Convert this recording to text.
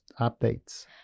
updates